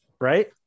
Right